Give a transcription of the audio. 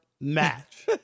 match